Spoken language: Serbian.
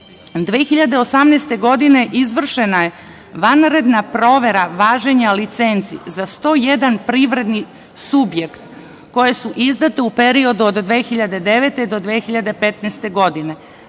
2018. godine je izvršena vanredna provera važenja licenci za 101 privredni subjekat, koje su izdate u periodu od 2009. do 2015. godine,